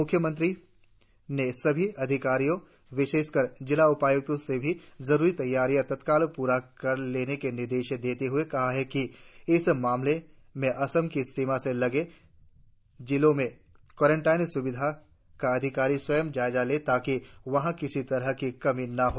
मुख्यमंत्रियो ने सभी अधिकारियों विशेषकर जिला उपाय्क्तों से सभी जरुरी तैयारियां तत्काल पूरी कर लेने के निर्देश देते हए कहा कि इस मामले में असम की सीमा से लगे जिलों में क्वारेनटिन स्विधाओ का अधिकारी स्वंय जायजा लें ताकि वहां किसी तरह की कमी न हो